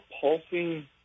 pulsing